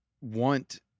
want